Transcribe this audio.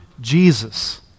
Jesus